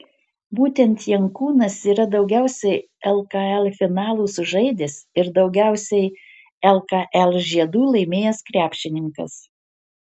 būtent jankūnas yra daugiausiai lkl finalų sužaidęs ir daugiausiai lkl žiedų laimėjęs krepšininkas